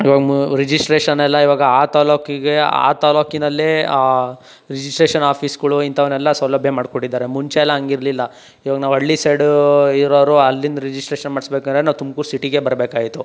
ಇವಾಗ ಮ ರಿಜಿಸ್ಟ್ರೇಷನ್ ಎಲ್ಲ ಇವಾಗ ಆ ತಾಲ್ಲೂಕಿಗೆ ಆ ತಾಲ್ಲೂಕಿನಲ್ಲೇ ರಿಜಿಸ್ಟ್ರೇಷನ್ ಆಫೀಸ್ಗಳು ಇಂಥವ್ನೆಲ್ಲ ಸೌಲಭ್ಯ ಮಾಡ್ಕೊಟ್ಟಿದ್ದಾರೆ ಮುಂಚೆಯೆಲ್ಲ ಹಂಗಿರ್ಲಿಲ್ಲ ಇವಾಗ ನಾವು ಹಳ್ಳಿ ಸೈಡು ಇರೋರು ಅಲ್ಲಿಂದ ರಿಜಿಸ್ಟ್ರೇಷನ್ ಮಾಡಿಸ್ಬೇಕೆಂದ್ರೆ ನಾವು ತುಮ್ಕೂರು ಸಿಟಿಗೆ ಬರ್ಬೇಕಾಗಿತ್ತು